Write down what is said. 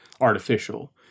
artificial